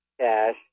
Cash